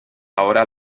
ahora